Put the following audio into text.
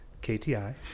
KTI